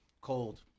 Cold